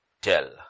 tell